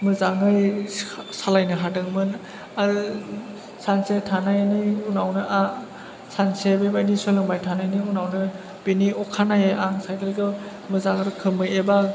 मोजाङै सालायनो हादोंमोन आरो सानसे थानायनि उनावनो आं सानसे बेबायदि सोलोंबाय थानायनि उनावनो बेनि अखानायै आं साइकेल खौ मोजां रोखोमै एबा